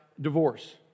divorce